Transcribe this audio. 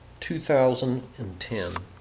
2010